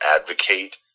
advocate